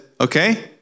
okay